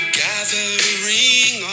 gathering